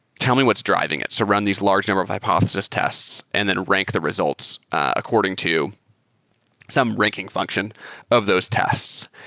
tell me what's driving it. so run these large number of hypothesis tests and then rank the results according to some ranking function of those tests.